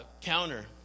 Counter